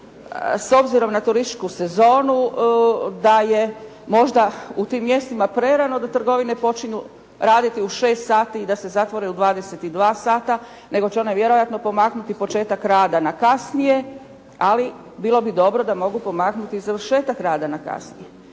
s obzirom na turističku sezonu da je možda u tim mjestima prerano da trgovine počinju raditi u 6 sati i da se zatvore u 22 sata, nego će one vjerojatno pomaknuti početak rada na kasnije. Ali bilo bi dobro da mogu pomaknuti završetak rada na kasnije.